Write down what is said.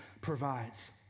provides